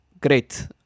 great